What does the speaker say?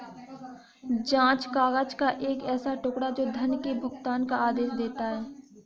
जाँच काग़ज़ का एक ऐसा टुकड़ा, जो धन के भुगतान का आदेश देता है